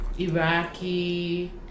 Iraqi